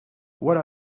wara